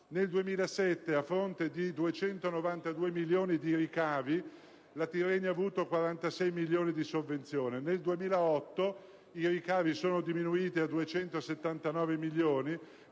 nel 2007, a fronte di 292 milioni di euro di ricavi, la Tirrenia ha avuto 46 milioni di euro di sovvenzioni; nel 2008 i ricavi sono diminuiti a 279 milioni